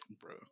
bro